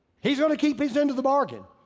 he's gonna keep his end of the bargain.